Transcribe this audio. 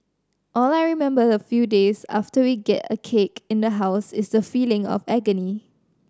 all I remember a few days after we get a cake in the house is the feeling of agony